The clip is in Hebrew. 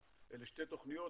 אלה שתי תוכניות,